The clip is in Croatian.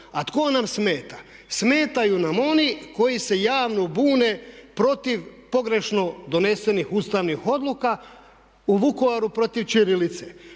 A tko nam smeta? Smetaju nam oni koji se javno bune protiv pogrešno donesenih ustavnih odluka, u Vukovaru protiv ćirilice.